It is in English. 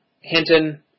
Hinton